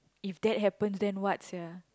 if that happens then what sia